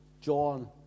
John